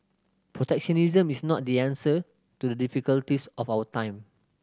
protectionism is not the answer to the difficulties of our time